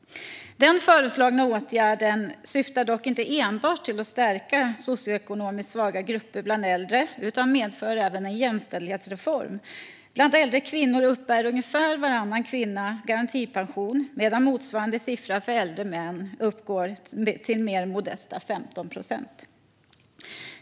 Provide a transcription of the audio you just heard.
Vår föreslagna åtgärd syftar dock inte enbart till att stärka socioekonomiskt svaga grupper bland äldre utan medför även en jämställdhetsreform. Bland äldre kvinnor uppbär ungefär varannan kvinna garantipension medan motsvarande siffra för äldre män uppgår till mer modesta 15 procent.